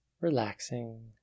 Relaxing